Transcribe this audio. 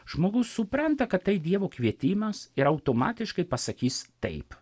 žmogus supranta kad tai dievo kvietimas ir automatiškai pasakys taip